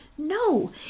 No